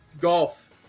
golf